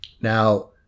Now